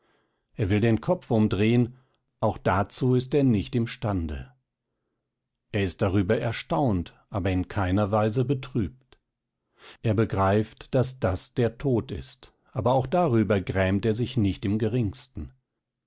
er will den kopf umdrehen auch dazu ist er nicht imstande er ist darüber erstaunt aber in keiner weise betrübt er begreift daß das der tod ist aber auch darüber grämt er sich nicht im geringsten